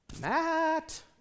Matt